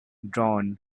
drawn